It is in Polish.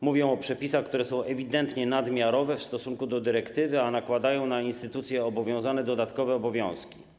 Mówię o przepisach, które są ewidentnie nadmiarowe w stosunku do dyrektywy, a nakładają na instytucje obowiązane dodatkowe obowiązki.